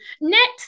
next